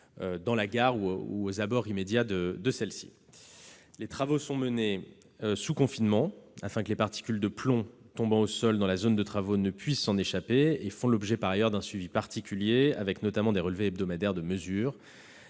dans la gare ou aux abords immédiats de celle-ci. Les travaux sont menés sous confinement, afin que les particules de plomb tombant au sol dans la zone du chantier ne puissent s'en échapper. Ils font par ailleurs l'objet d'un suivi particulier, avec notamment des relevés hebdomadaires de la